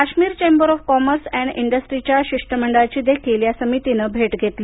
Kashmir chamber of commerce and इंडस्ट्रीच्या शिष्टमंडळाची देखील या समितीनं भेट घेतली